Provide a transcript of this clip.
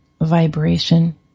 vibration